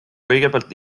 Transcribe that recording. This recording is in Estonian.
kõigepealt